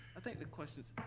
i think the questions,